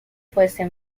fuese